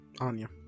Anya